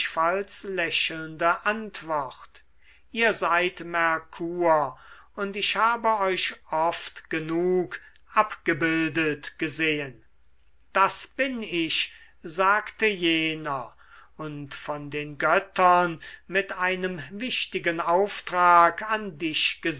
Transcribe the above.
gleichfalls lächelnde antwort ihr seid merkur und ich habe euch oft genug abgebildet gesehen das bin ich sagte jener und von den göttern mit einem wichtigen auftrag an dich